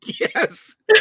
Yes